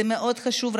זה מאוד חשוב,